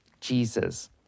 Jesus